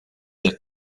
der